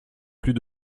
plus